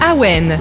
Awen